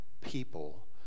people